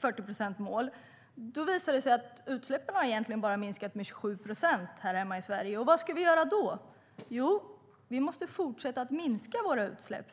40-procentsmålet visar det sig att utsläppen bara har minskat med 27 procent i Sverige. Vad ska vi göra då? Jo, vi måste fortsätta att minska våra utsläpp.